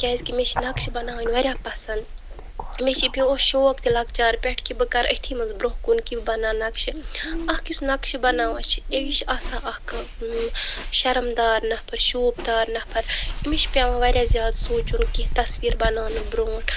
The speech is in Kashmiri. کیٛازِ کہِ مےٚ چھٕ نقشہٕ بناوٕنۍ واریاہ پسنٛد مےٚ چھِ بہٕ اوس شوق تہِ لۄکچار پٮ۪ٹھ کہ بہٕ کَرٕ أتھی منٛز برونٛہہ کُن کہ بہٕ بناو نقشہٕ اَکھ یُس نقشہٕ بناوان چھِ یہِ چھِ آسان اَکھ شرم دار نفر شوٗب دار نفر أمِس چھنہٕ پٮ۪وان واریاہ زیادٕ سونچُن کیٚنہہ تصویٖر بناونہٕ برونٹھ